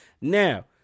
Now